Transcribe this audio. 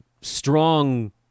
strong